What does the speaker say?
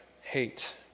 hate